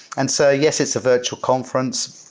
and so yes, it's a virtual conference.